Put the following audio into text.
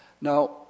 Now